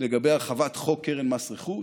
לגבי הרחבת חוק קרן מס רכוש,